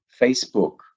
facebook